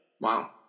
wow